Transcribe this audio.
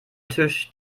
tisch